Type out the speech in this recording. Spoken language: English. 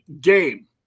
game